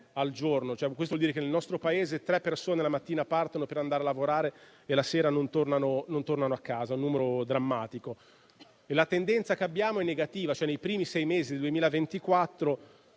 al giorno; questo vuol dire che nel nostro Paese tre persone la mattina partono per andare a lavorare e la sera non tornano a casa, è un numero drammatico. La tendenza che si registra è negativa: nei primi sei mesi del 2024,